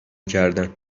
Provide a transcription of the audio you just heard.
کردن